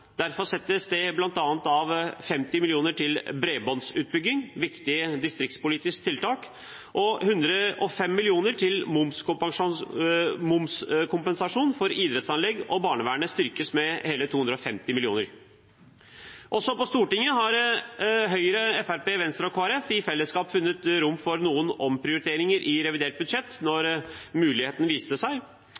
Derfor settes det bl.a. av 50 mill. kr til bredbåndsutbygging – et viktig distriktspolitisk tiltak – og 105 mill. kr til momskompensasjon for idrettsanlegg. Barnevernet styrkes med hele 250 mill. kr. Også på Stortinget har Høyre, Fremskrittspartiet, Venstre og Kristelig Folkeparti i fellesskap funnet rom for noen omprioriteringer i revidert budsjett, da muligheten kom. Det dreier seg